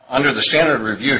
under the standard review